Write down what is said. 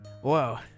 Whoa